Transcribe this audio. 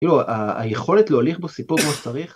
כאילו היכולת להוליך פה סיפור כמו שצריך.